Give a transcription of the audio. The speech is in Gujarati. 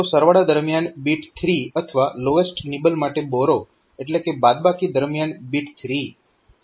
તો સરવાળા દરમિયાન બીટ 3 અથવા લોએસ્ટ નિબલ માટે બોરો એટલે કે બાદબાકી દરમિયાન બીટ 3